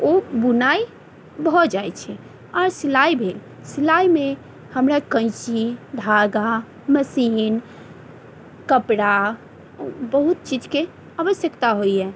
ओ बुनाइ भऽ जाइ छै आर सिलाइ भेल सिलाइमे हमरा कैची धागा मशीन कपड़ा बहुत चीजके आवश्यकता होइया